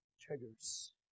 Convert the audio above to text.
Triggers